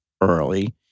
early